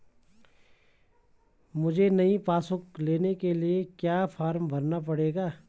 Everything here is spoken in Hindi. मुझे नयी पासबुक बुक लेने के लिए क्या फार्म भरना पड़ेगा?